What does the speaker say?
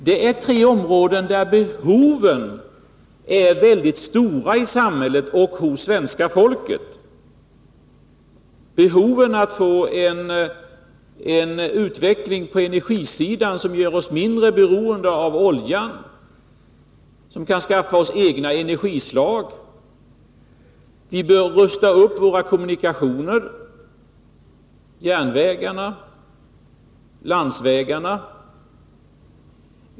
Det är tre områden där samhället och det svenska folket har mycket stora behov av insatser. Det är exempelvis angeläget att få till stånd en utveckling på energiområdet, så att vi blir mindre beroende av oljan och kan skaffa oss egna energislag. Vi bör rusta upp våra kommunikationer, järnvägarna och landsvägarna.